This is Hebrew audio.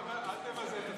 אל תבזה את עצמך.